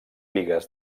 bigues